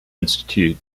institute